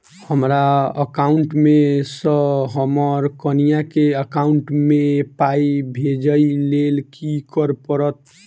हमरा एकाउंट मे सऽ हम्मर कनिया केँ एकाउंट मै पाई भेजइ लेल की करऽ पड़त?